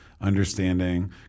understanding